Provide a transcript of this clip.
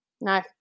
no